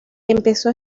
empezó